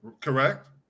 correct